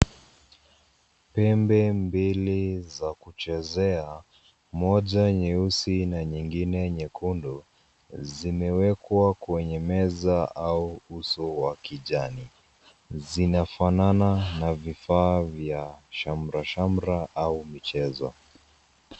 Pembe mbili za kuchezea, moja nyeusi na nyingine nyekundu zimewekwa kwenye meza au uso wa kijani. Zinafanana na vifaa vya shamrashamra au michezo.